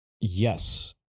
yes